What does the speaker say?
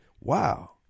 Wow